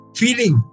feeling